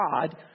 God